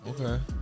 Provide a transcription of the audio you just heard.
Okay